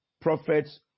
prophet's